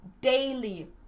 daily